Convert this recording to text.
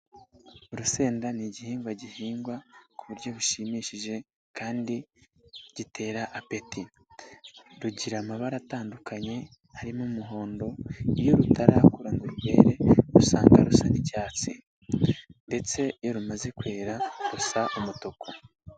Urusenda ni igihingwa gihingwa ku buryo bushimishije kandi gitera apeti .Rugira amabara atandukanye harimo umuhondo, iyo rutarakura ngo rwere usanga rusa n'icyatsi ndetse iyo rumaze kwera rusa umutuku.